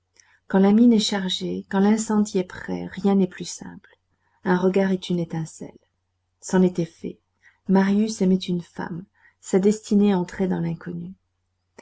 quand la mine est chargée quand l'incendie est prêt rien n'est plus simple un regard est une étincelle c'en était fait marius aimait une femme sa destinée entrait dans l'inconnu